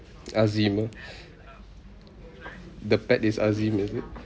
azim ah the pet is azim is it